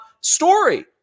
story